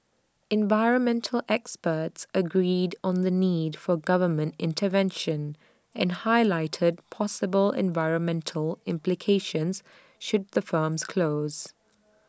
environmental experts agreed on the need for government intervention and highlighted possible environmental implications should the firms close